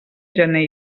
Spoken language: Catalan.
gener